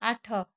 ଆଠ